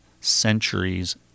centuries